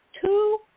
two